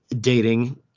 dating